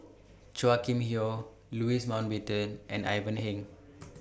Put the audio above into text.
Chua Kim Yeow Louis Mountbatten and Ivan Heng